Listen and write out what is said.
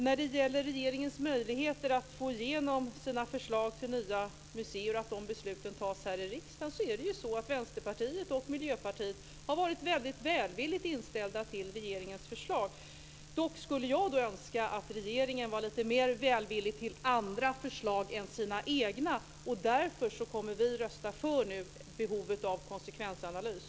När det gäller regeringens möjligheter att få igenom sina förslag till nya museer och att de besluten tas här i riksdagen är det ju så att Vänsterpartiet och Miljöpartiet har varit väldigt välvilligt inställda till regeringens förslag. Dock skulle jag önska att regeringen var lite mer välvillig till andra förslag än sina egna, och därför kommer vi nu att rösta för behovet av en konsekvensanalys.